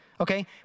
okay